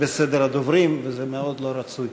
בסדר הדוברים, וזה מאוד לא רצוי.